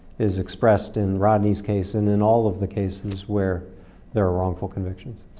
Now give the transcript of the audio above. is expressed in rodney's case and in all of the cases where there are wrongful convictions.